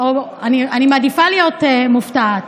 אני מעדיפה להיות מופתעת,